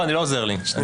לא זה לא עוזר לי תודה.